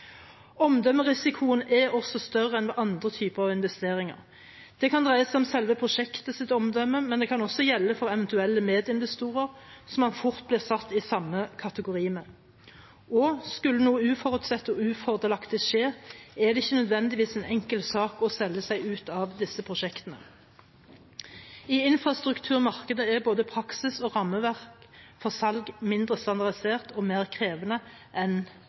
Omdømmerisikoen er også større enn ved andre typer investeringer. Det kan dreie seg om selve prosjektets omdømme, men det kan også gjelde for eventuelle medinvestorer, som man fort blir satt i samme kategori med. Og skulle noe uforutsett og ufordelaktig skje, er det ikke nødvendigvis en enkel sak å selge seg ut av disse prosjektene. I infrastrukturmarkedet er både praksis og rammeverk for salg mindre standardisert og mer krevende enn